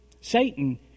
Satan